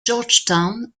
georgetown